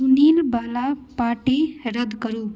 सुनील बला पार्टी रद्द करू